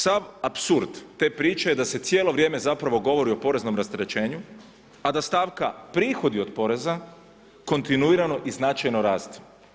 Sav apsurd te priče je da se cijelo vrijeme zapravo govori o poreznom rasterećenju, a da stavka prihodi od poreza, kontinuirano i značajno rastu.